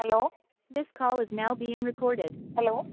hello this call is now been recorded hello